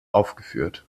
aufgeführt